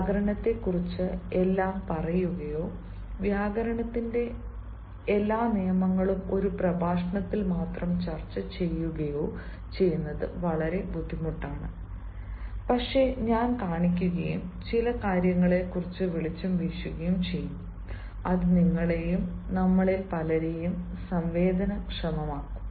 വ്യാകരണത്തെക്കുറിച്ച് എല്ലാം പറയുകയോ വ്യാകരണത്തിന്റെ എല്ലാ നിയമങ്ങളും ഒരു പ്രഭാഷണത്തിൽ മാത്രം ചർച്ച ചെയ്യുകയോ ചെയ്യുന്നത് വളരെ ബുദ്ധിമുട്ടാണ് പക്ഷേ ഞാൻ കാണിക്കുകയും ചില കാര്യങ്ങളിൽ കുറച്ച് വെളിച്ചം വീശുകയും ചെയ്യും അത് നിങ്ങളെയും നമ്മളിൽ പലരെയും സംവേദനക്ഷമമാക്കും